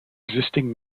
existing